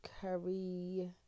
Curry